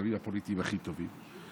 במצבים הפוליטיים הכי טובים.